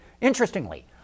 Interestingly